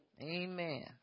Amen